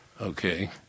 Okay